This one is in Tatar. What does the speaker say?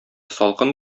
салкын